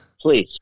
Please